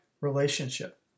relationship